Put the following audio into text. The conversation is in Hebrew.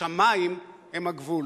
השמים הם הגבול.